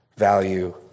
value